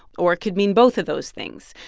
or it could mean both of those things.